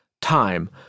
time